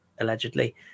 allegedly